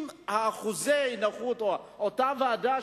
אם אותה ועדה,